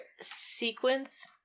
sequence